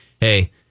hey